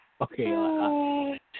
Okay